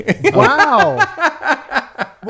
wow